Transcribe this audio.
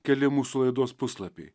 keli mūsų laidos puslapiai